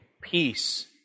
peace